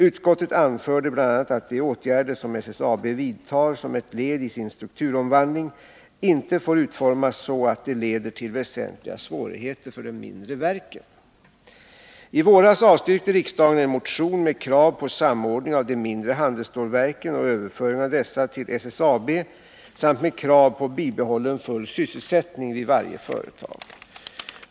Utskottet anförde bl.a. att de åtgärder som SSAB vidtar som ett led i sin strukturomvandling inte får utformas så att de leder till väsentliga svårigheter för de mindre verken. I våras avstyrkte riksdagen en motion med krav på samordning av de mindre handelsstålverken och överföring av dessa till SSAB samt med krav på bibehållen full sysselsättning vid varje företag.